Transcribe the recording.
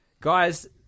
guys